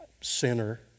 sinner